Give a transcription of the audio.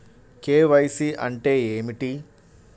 KYC అంటే ఏమిటి?